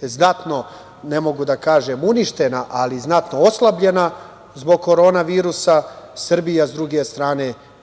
znatno, ne mogu da kažem uništena, ali znatno oslabljena zbog korona virusa. Srbija, sa druge strane,